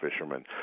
fishermen